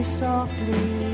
softly